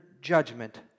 judgment